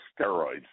steroids